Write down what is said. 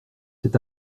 cet